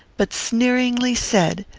but sneeringly said,